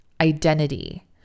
identity